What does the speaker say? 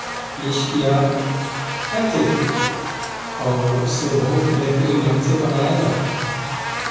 पेश किया करते थे और उसे बहुत ही बेहतरीन ढंग से बनाया जाता था